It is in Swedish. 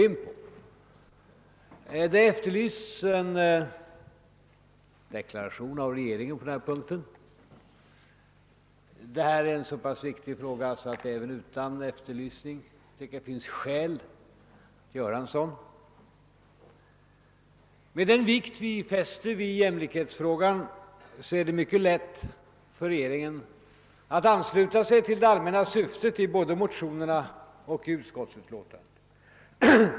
Det har efterlysts en deklaration av regeringen i den fråga vi här behandlar, och den är så viktig att jag tycker att det även utan en sådan efterlysning finns skäl att göra en deklaration. Med tanke på den vikt vi fäster vid jämlikhetssträvandena är det mycket lätt för regeringen att ansluta sig till det allmänna syftet med både motionerna och utskottsutlåtandet.